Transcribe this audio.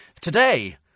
Today